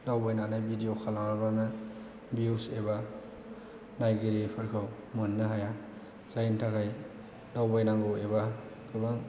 दावबायनानै भिडिय' खालामाब्लानो भिउस एबा नायगिरिफोरखौ मोननो हाया जायनि थाखाय दावबायनांगौ एबा गोबां